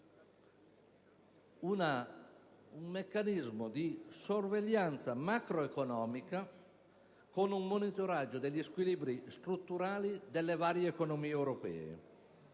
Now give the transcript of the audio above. Un meccanismo di sorveglianza macreconomica, quindi, con un monitoraggio degli squilibri strutturali delle varie economie europee.